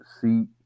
see